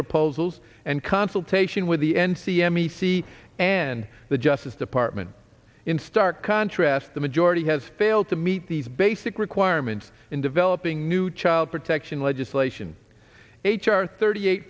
proposals and consultation with the n c m e c and the justice department in stark contrast the majority has failed to meet these basic requirements in developing new child protection legislation h r thirty eight